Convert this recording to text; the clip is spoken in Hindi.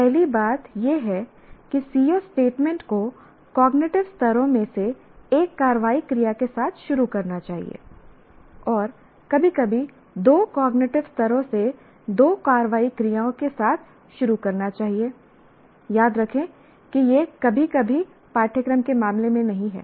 पहली बात यह है कि CO स्टेटमेंट को कॉग्निटिव स्तरों में से एक कार्रवाई क्रिया के साथ शुरू करना चाहिए और कभी कभी 2 कॉग्निटिव स्तरों से 2 कार्रवाई क्रियाओं के साथ शुरू करना चाहिए याद रखें कि यह कभी कभी पाठ्यक्रम के मामले में नहीं है